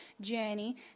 journey